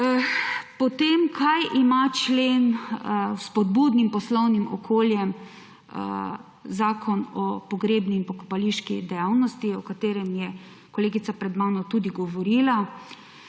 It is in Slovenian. Potem, kaj ima člen o spodbudnem poslovnem okolju z Zakonom o pogrebni in pokopališki dejavnosti, o katerem je kolegica pred mano tudi govorila,